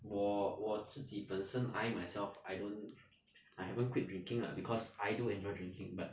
我我自己本身 I myself I don't I haven't quit drinking lah because I do enjoy drinking but